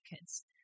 kids